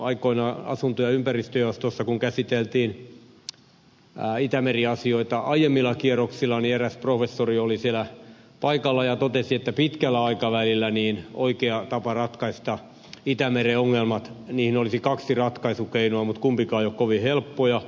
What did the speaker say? aikoinaan asunto ja ympäristöjaostossa kun käsiteltiin itämeri asioita aiemmilla kierroksilla niin eräs professori oli paikalla ja totesi että pitkällä aikavälillä oikeita tapoja ratkaista itämeren ongelmat olisi kaksi ratkaisukeinoa mutta kumpikaan eivät ole kovin helppoja